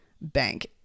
bank